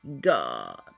God